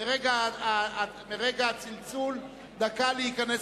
מרגע הצלצול, דקה להיכנס